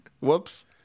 Whoops